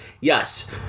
yes